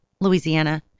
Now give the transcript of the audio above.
Louisiana